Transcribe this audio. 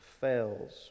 fails